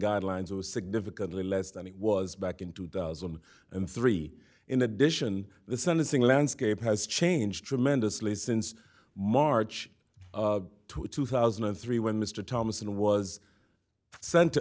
guidelines was significantly less than it was back in two thousand and three in addition the sentencing landscape has changed tremendously since march two thousand and three when mr thomasson was sent